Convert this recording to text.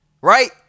right